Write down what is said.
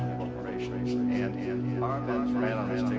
corporation. and and arbenz ran on this